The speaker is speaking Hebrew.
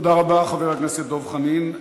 תודה רבה, חבר הכנסת דב חנין.